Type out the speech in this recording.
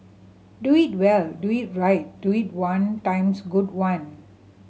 do it well do it right do it one times good one